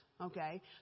okay